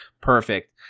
Perfect